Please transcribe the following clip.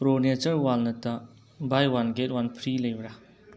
pro nature ꯋꯥꯜꯅꯠꯇ buy one get one free ꯂꯩꯕ꯭ꯔ